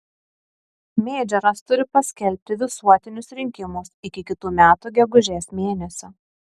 meidžoras turi paskelbti visuotinius rinkimus iki kitų metų gegužės mėnesio